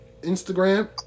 Instagram